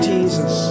Jesus